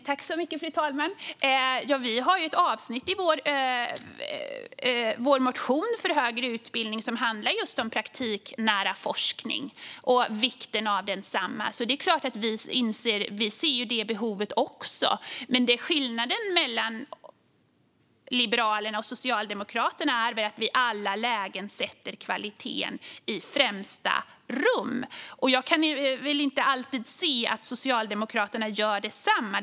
Fru talman! Ja, vi har ett avsnitt i vår motion för högre utbildning som handlar just om praktiknära forskning och vikten av densamma. Det är klart att vi ser det behovet också, men skillnaden mellan Liberalerna och Socialdemokraterna är väl att vi i alla lägen sätter kvaliteten i främsta rummet. Jag kan inte alltid se att Socialdemokraterna gör detsamma.